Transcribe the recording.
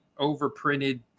overprinted